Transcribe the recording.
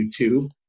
YouTube